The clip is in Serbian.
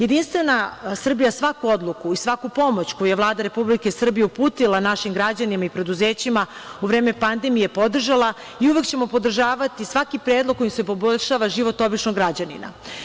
Jedinstvena Srbija svaku odluku i svaku pomoć koju je Vlada Republike Srbije uputila našim građanima i preduzećima u vreme pandemije podržala i uvek ćemo podržavati svaki predlog kojim se poboljšava život običnog građanina.